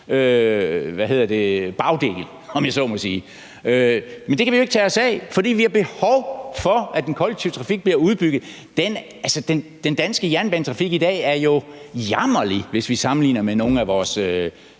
bagdel, om jeg så må sige. Men det kan vi jo ikke tage os af, for vi har behov for, at den kollektive trafik bliver udbygget. Den danske jernbanetrafik i dag er jo jammerlig, hvis vi sammenligner med nogle af vores